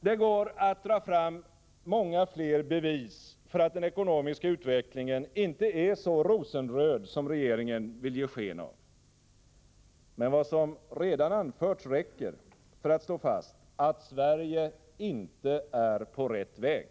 Det går att dra fram många fler bevis för att den ekonomiska utvecklingen inte är så rosenröd som regeringen vill ge sken av. Men vad som redan anförts räcker för att slå fast att Sverige inte är på rätt väg.